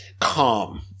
Calm